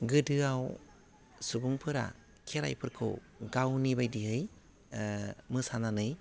गोदोआव सुबुंफोरा खेरायफोरखौ गावनि बायदियै मोसानानै